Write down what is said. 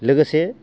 लोगोसे